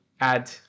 add